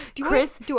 Chris